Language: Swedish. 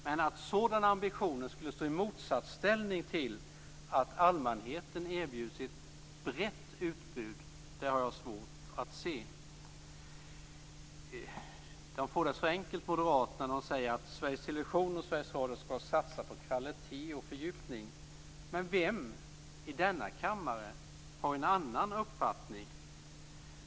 Men att sådana ambitioner skulle stå i motsatsställning till att allmänheten erbjuds ett brett utbud har jag svårt att se. Moderaterna gör det enkelt för sig själva när de säger att Sveriges Television och Sveriges Radio skall satsa på kvalitet och fördjupning. Vem i denna kammare har en annan uppfattning?